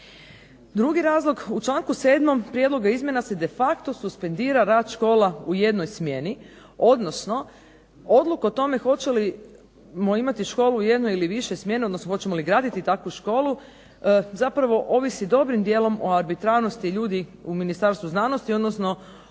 Drugi razlog, u članku 7. prijedloga izmjena se de facto suspendira rad škola u jednoj smjeni, odnosno odluka o tome hoćemo li imati školu u jednoj ili više smjena, odnosno hoćemo li graditi takvu školu zapravo ovisi dobrim dijelom o arbitrarnosti ljudi u Ministarstvu znanosti, odnosno